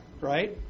Right